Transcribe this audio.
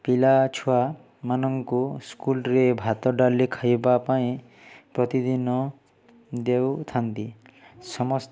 ପିଲା ଛୁଆମାନଙ୍କୁ ସ୍କୁଲ୍ରେ ଭାତ ଡାଲି ଖାଇବା ପାଇଁ ପ୍ରତିଦିନ ଦେଉଥାନ୍ତି ସମସ୍ତ